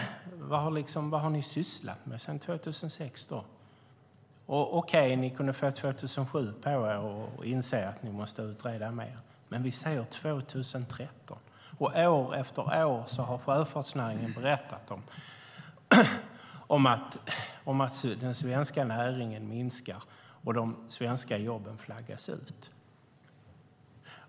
Vad har ni sysslat med sedan 2006? Okej, ni kunde få 2007 på er att inse att ni måste utreda mer. Men vi ser 2013. År efter år har sjöfartsnäringen berättat om att den svenska näringen minskar och de svenska jobben flaggas ut.